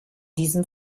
diesem